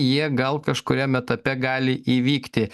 jie gal kažkuriam etape gali įvykti